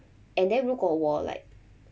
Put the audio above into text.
and then 如果我 like